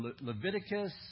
Leviticus